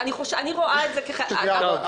אני רואה את זה כחלק --- בסדר.